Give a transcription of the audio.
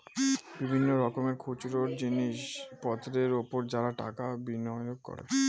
বিভিন্ন রকমের খুচরো জিনিসপত্রের উপর যারা টাকা বিনিয়োগ করে